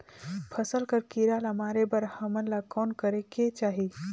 फसल कर कीरा ला मारे बर हमन ला कौन करेके चाही?